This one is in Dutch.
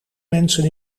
mensen